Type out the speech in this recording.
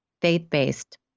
faith-based